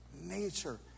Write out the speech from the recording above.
nature